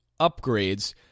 upgrades